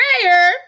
prayer